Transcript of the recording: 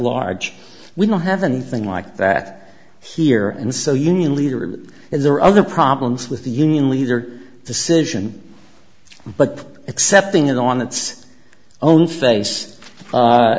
large we don't have an thing like that here and so union leader if there are other problems with the union leader decision but accepting it on its own face